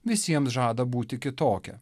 visiems žada būti kitokia